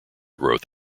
growth